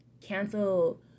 cancel